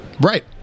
right